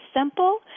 simple